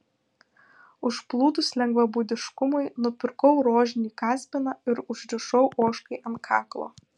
užplūdus lengvabūdiškumui nupirkau rožinį kaspiną ir užrišau ožkai ant kaklo